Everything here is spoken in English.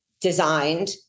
designed